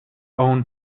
own